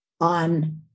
on